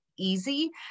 Easy